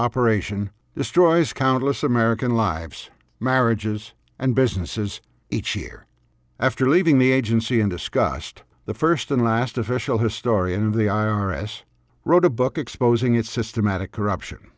operation destroys countless american lives marriages and businesses each year after leaving the agency in disgust the first and last official historian of the i r s wrote a book exposing its systematic corruption